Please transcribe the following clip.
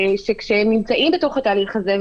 כאשר הם נמצאים בתוך התהליך הזה,